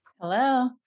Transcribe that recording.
Hello